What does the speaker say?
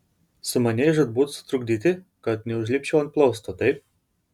sumanei žūtbūt sutrukdyti kad neužlipčiau ant plausto taip